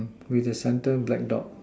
with the center black dot